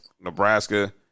Nebraska